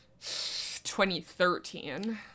2013